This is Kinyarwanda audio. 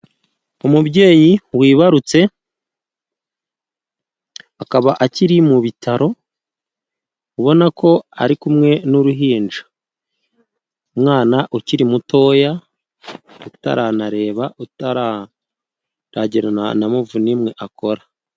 Umubyeyi wibarutse akaba akiri mu bitaro ubona ko ari kumwe n'uruhinja. Umwana ukiri mutoya utaranareba, utararagirana na muvu n'imwe akora.